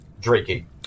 drinking